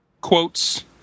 quotes